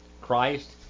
Christ